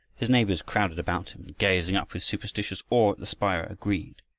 his neighbors crowding about him and gazing up with superstitious awe at the spire, agreed.